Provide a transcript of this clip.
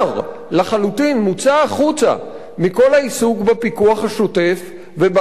מוצא החוצה מכל העיסוק בפיקוח השוטף ובהסדרה של קידוחי הנפט.